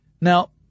Now